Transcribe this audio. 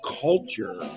culture